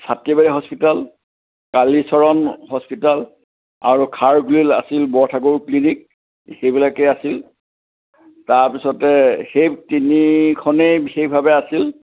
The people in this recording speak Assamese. হস্পিতেল কালিচৰণ হস্পিতেল আৰু খাৰঘুলিত আছিল বৰঠাকুৰ ক্লিনিক সেইবিলাকেই আছিল তাৰপিছতে সেই তিনিখনেই বিশেষভাৱে আছিল